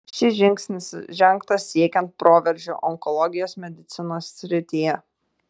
šis žingsnis žengtas siekiant proveržio onkologijos medicinos srityje